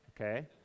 okay